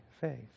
faith